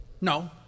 No